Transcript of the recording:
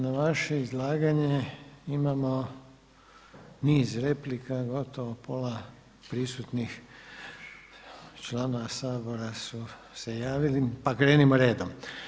Na vaše izlaganje imamo niz replika, gotovo pola prisutnih članova sabora su se javili pa krenimo redom.